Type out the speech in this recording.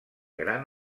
gran